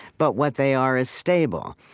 but what they are is stable.